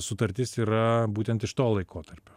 sutartis yra būtent iš to laikotarpio